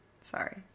Sorry